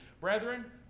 Brethren